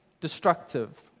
destructive